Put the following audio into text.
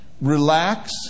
Relax